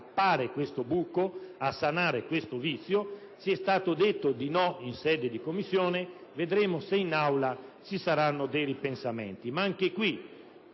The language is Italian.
a sanare questo vizio: ci è stato detto di no in sede di Commissione; vedremo se in Aula vi saranno dei ripensamenti. Comunque,